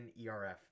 ERF